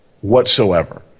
whatsoever